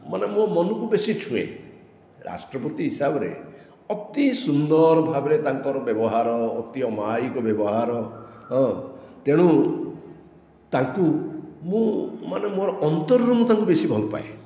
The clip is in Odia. ମାନେ ମୋ ମନକୁ ବେଶୀ ଛୁଏଁ ରାଷ୍ଟ୍ରପତି ହିସାବରେ ଅତି ସୁନ୍ଦର ଭାବରେ ତାଙ୍କର ବ୍ୟବହାର ଅତି ଅମାୟିକ ବ୍ୟବହାରହ ତେଣୁ ତାଙ୍କୁ ମୁଁ ମାନେ ମୋର ଅନ୍ତରରୁ ମୁଁ ତାଙ୍କୁ ବେଶୀ ଭଲ ପାଏ